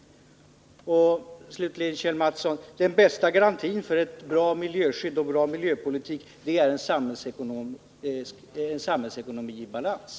Slutligen, Kjell Mattsson: den bästa garantin för ett bra miljöskydd och en bra miljöpolitik är en samhällsekonomi i balans.